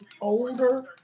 older